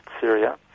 Syria